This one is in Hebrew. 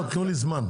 לא, תנו לי זמן.